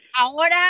Ahora